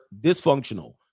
dysfunctional